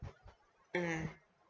mm